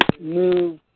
move